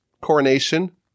coronation